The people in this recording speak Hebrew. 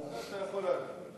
לא, אתה יכול להצביע.